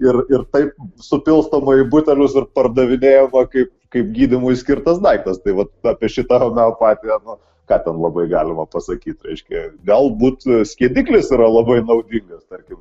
ir ir tai supilstoma į butelius ir pardavinėjama kaip kaip gydymui skirtas daiktas tai vat apie šitą homeopatiją nu ką ten labai galima pasakyt reiškia galbūt skiediklis yra labai naudingas tarkim